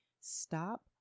Stop